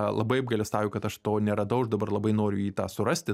labai apgailestauju kad aš to neradau aš dabar labai noriu tą surasti